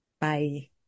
bye